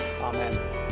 Amen